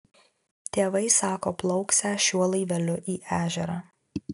tėvai sako plauksią šiuo laiveliu į ežerą